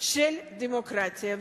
של הדמוקרטיה.